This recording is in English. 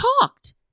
talked